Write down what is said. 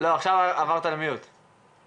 יש מדרג, עושים על פי פגיעה במשתמש, מנת יתר,